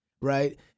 right